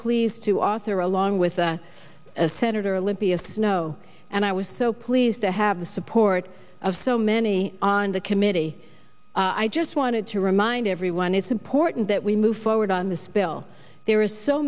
pleased to author along with senator olympia snowe and i was so pleased to have the support of so many on the committee i just wanted to remind everyone it's important that we move forward on this bill there are so